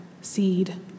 seed